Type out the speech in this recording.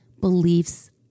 beliefs